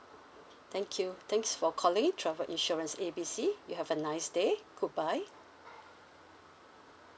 thank you thanks for calling travel insurance A B C you have a nice day goodbye